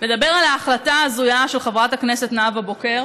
לדבר על ההחלטה ההזויה של חברת הכנסת נאוה בוקר